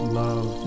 love